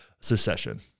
secession